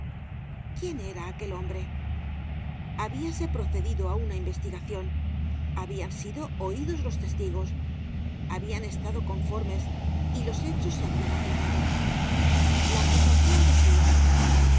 quién era aquel hombre habiase procedido á una investigacion habian sido oidos los testigos habian estado conformes y los hechos se hablan aclarado la acusacion decia